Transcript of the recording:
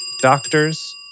doctors